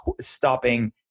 stopping